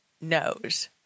knows